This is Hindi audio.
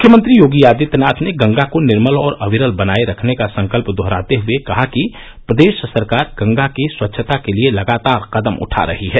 मुख्यमंत्री योगी आदित्यनाथ ने गंगा को निर्मल और अविरल बनाए रखने का संकल्प दोहराते हुए कहा कि प्रदेश सरकार गंगा की स्वच्छता के लिए लगातार कदम उठा रही है